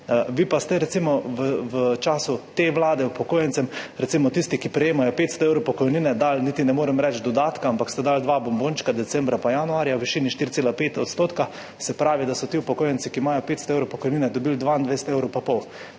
Vi pa ste recimo v času te vlade upokojencem, recimo tistim, ki prejemajo 500 evrov pokojnine, dali, niti ne morem reči, dodatek, ampak ste dali dva bombončka decembra in januarja v višini 4,5 %, se pravi, da so ti upokojenci, ki imajo 500 evrov pokojnine, dobili 22 evrov